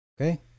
Okay